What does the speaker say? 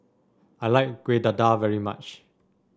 I like Kueh Dadar very much